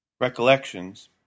Recollections